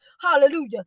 Hallelujah